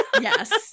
Yes